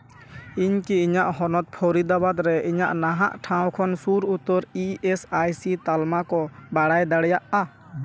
ᱤᱧᱠᱤ ᱤᱧᱟᱹᱜ ᱦᱚᱱᱚᱛ ᱯᱷᱚᱨᱤᱫᱟᱵᱟᱫ ᱨᱮ ᱤᱧᱟᱹᱜ ᱱᱟᱦᱟᱜ ᱴᱷᱟᱶ ᱠᱷᱚᱱ ᱥᱩᱨ ᱩᱛᱟᱹᱨ ᱤ ᱮᱥ ᱟᱭ ᱥᱤ ᱛᱟᱞᱢᱟ ᱠᱚ ᱵᱟᱲᱟᱲᱟᱭ ᱫᱟᱲᱮᱭᱟᱜᱼᱟ